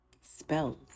spells